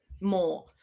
more